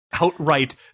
outright